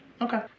Okay